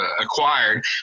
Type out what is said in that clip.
acquired